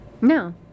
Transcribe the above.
No